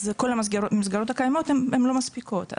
אז כל המסגרות הקיימות הן לא מספיקות.